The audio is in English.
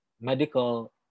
medical